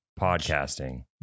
Podcasting